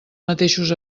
mateixos